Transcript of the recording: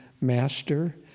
master